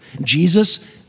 Jesus